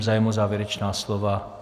Zájem o závěrečná slova?